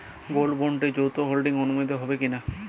Gold বন্ডে যৌথ holding অনুমোদিত হবে কিনা?